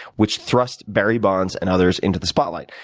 which thrust barry bonds and others into the spotlight.